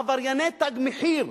עברייני "תג מחיר"